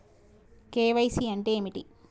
KYC అంటే ఏమిటి?